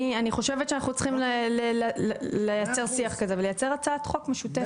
אני חושבת שאנחנו צריכים לייצר שיח כזה ולייצר הצעת חוק משותפת.